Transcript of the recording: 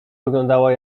wyglądała